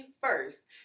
first